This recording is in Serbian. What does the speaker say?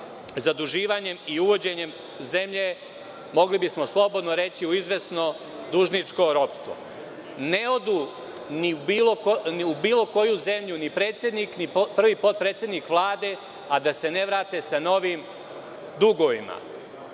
zaduživanjem i uvođenjem zemlje, mogli bismo slobodno reći, u izvesno dužničko ropstvo? Ne odu ni u bilo koju zemlju ni predsednik, ni prvi potpredsednik Vlade a da se ne vrate sa novim dugovima.